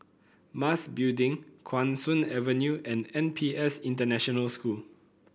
Mas Building Guan Soon Avenue and N P S International School